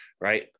right